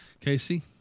Casey